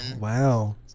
wow